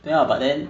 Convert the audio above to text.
ya but then